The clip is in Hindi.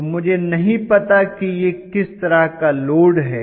तो मुझे नहीं पता कि यह किस तरह का लोड है